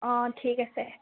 অ ঠিক আছে